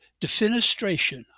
defenestration